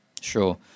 Sure